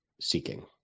seeking